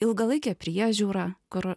ilgalaikė priežiūra kur